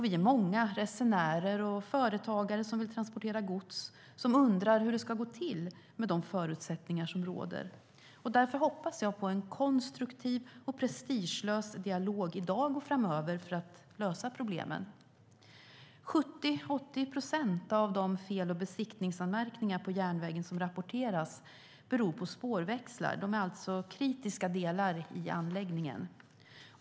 Vi är många, resenärer och företagare som vill transportera gods, som undrar hur det ska gå till med de förutsättningar som råder. Därför hoppas jag på en konstruktiv och prestigelös dialog i dag och framöver för att lösa problemen. 70-80 procent av de fel och besiktningsanmärkningar på järnvägen som rapporteras beror på spårväxlar. De är alltså kritiska delar i anläggningen.